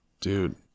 Dude